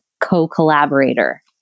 co-collaborator